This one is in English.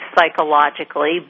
psychologically